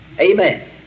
Amen